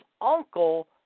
uncle